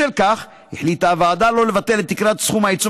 בשל כך החליטה הוועדה שלא לבטל את תקרת סכום העיצום